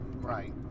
Right